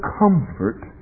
comfort